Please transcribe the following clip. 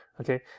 Okay